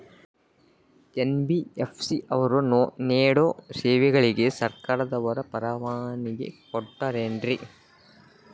NBFC ಅವರು ನೇಡೋ ಸೇವೆಗಳಿಗೆ ಸರ್ಕಾರದವರು ಪರವಾನಗಿ ಕೊಟ್ಟಾರೇನ್ರಿ?